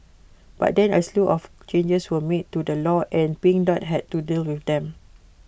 but then A slew of changes were made to the law and pink dot had to deal with them